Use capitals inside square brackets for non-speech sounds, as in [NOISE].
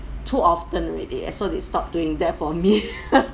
too often already so they stopped doing that for me [LAUGHS]